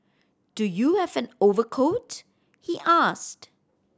do you have an overcoat he asked